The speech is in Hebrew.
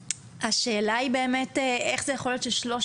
השאלה היא באמת איך זה יכול להיות ש-13